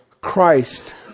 Christ